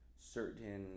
certain